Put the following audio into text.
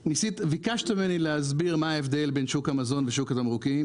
ביקשת ממני להסביר מה ההבדל בין שוק המזון ושוק התמרוקים,